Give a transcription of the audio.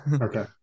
okay